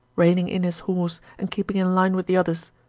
reining in his horse and keeping in line with the others.